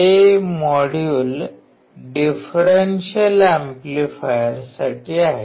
हे module differential एम्पलीफायरसाठी आहे